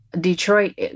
Detroit